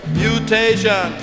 mutation